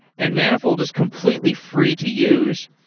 and manifold is completely free to use.